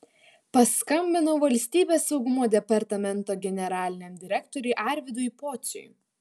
paskambinau valstybės saugumo departamento generaliniam direktoriui arvydui pociui